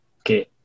okay